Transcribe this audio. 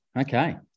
okay